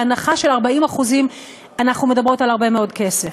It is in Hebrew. בהנחה של 40%. אנחנו מדברות על הרבה מאוד כסף.